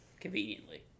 Conveniently